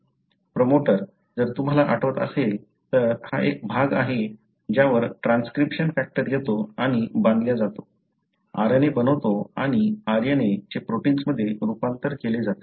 promoter जर तुम्हाला आठवत असेल तर हा एक भाग आहे ज्यावर ट्रान्सक्रिप्शन फॅक्टर येतो आणि बांधल्या जातो RNA बनवतो आणि RNA चे प्रोटिन्समध्ये रूपांतर केले जाते